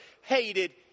hated